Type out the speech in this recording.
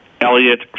Elliot